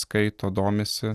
skaito domisi